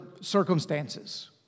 circumstances